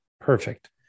Perfect